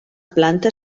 planta